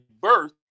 birth